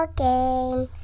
game